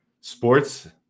sports